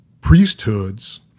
priesthoods